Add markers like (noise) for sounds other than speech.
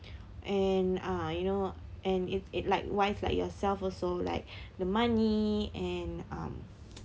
and uh you know and if it likewise like yourself also like (breath) the money and um (noise)